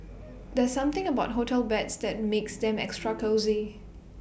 there's something about hotel beds that makes them extra cosy